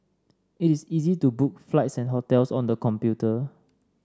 it is easy to book flights and hotels on the computer